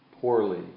poorly